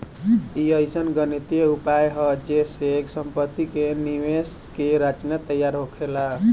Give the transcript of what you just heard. ई अइसन गणितीय उपाय हा जे से सम्पति के निवेश के रचना तैयार होखेला